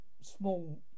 small